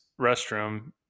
restroom